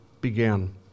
began